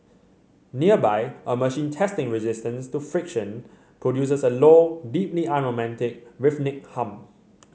nearby a machine testing resistance to friction produces a low deeply unromantic rhythmic hum